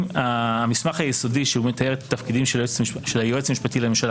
המסמך היסודי שמתאר את התפקידים של היועץ המשפטי לממשלה